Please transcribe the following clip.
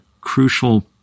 crucial